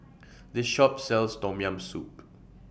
The Shop sells Tom Yam Soup